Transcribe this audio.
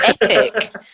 epic